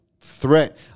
threat